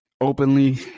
openly